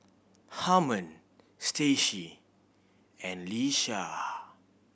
Harmon Stacie and Leisha